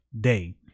day